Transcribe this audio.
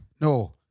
No